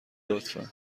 لطفا